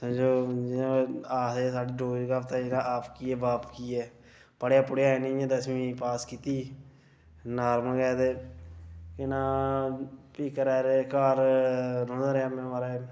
समझो आखदे साढ़ी डोगरी च क्हाबत आपकी जां बाप की ऐ पढ़ेआ पुढ़ेआ ऐ नेईं ऐ ते इ'यां दसमीं पास कीती नार्मल गै ऐ ते केह् नां फ्ही घरा आह्ले घर रौंह्दा रेहा में माराज